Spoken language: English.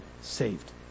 saved